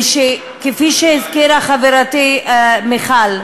וכפי שהזכירה חברתי מיכל,